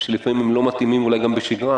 שלפעמים הם לא מתאימים אולי גם בשגרה,